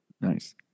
Nice